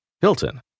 Hilton